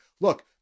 look